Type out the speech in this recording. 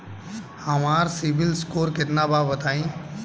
हमार CIBIL score केतना बा बताईं?